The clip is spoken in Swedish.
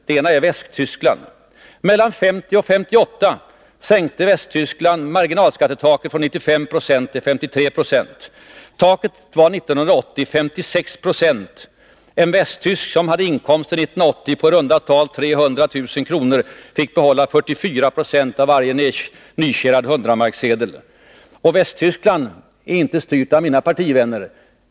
Det ena är Västtyskland. Mellan 1950 och 1958 sänkte Västtyskland marginalskattetaket från 95 9 till 53 96. Taket var år 1980 56 96. En västtysk som det året hade inkomster på i runda tal 300 000 kr. fick behålla 44 96 av varje nytjänad hundramarkssedel. Västtyskland är inte styrt av mina partivänner.